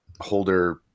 holder